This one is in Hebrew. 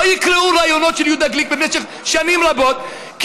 לא יקראו רעיונות של יהודה גליק במשך שנים רבות,